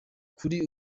kuri